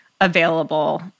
available